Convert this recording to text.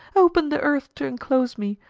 open the earth to enclose me,